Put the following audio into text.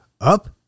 up